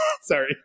sorry